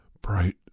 bright